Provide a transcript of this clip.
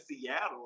Seattle